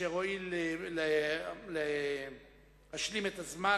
אשר הואיל להשלים את הזמן.